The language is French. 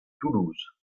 toulouse